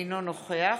אינו נוכח